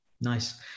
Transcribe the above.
Nice